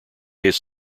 his